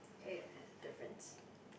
okay different